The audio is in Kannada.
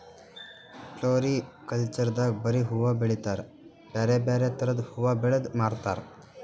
ಫ್ಲೋರಿಕಲ್ಚರ್ ದಾಗ್ ಬರಿ ಹೂವಾ ಬೆಳಿತಾರ್ ಬ್ಯಾರೆ ಬ್ಯಾರೆ ಥರದ್ ಹೂವಾ ಬೆಳದ್ ಮಾರ್ತಾರ್